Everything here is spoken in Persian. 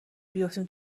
بیفتیم